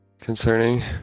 Concerning